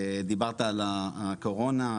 דיברת על הקורונה,